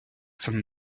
some